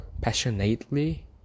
passionately